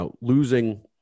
Losing